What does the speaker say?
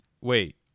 Wait